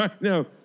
No